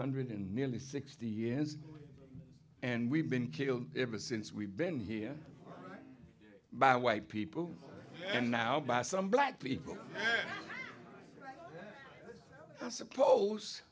hundred and nearly sixty years and we've been killed ever since we've been here by white people and now by some black people i suppose